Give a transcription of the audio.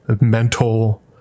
mental